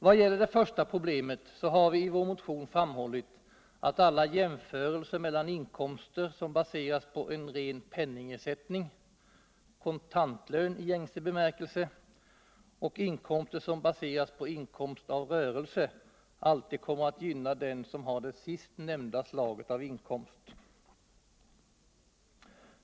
Vad gäller dot första problemet har vi i vår motion framhållit att alla jämförelser mellan inkomster som baseras på en ren penningersättning, kontantlön i gängse bemärkelse. och inkomster som baseras på inkomst av rörelse alltid kommer att gynna den som har det sistnämnda slaget av inkomst.